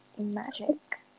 Magic